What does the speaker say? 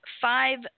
five